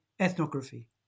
ethnography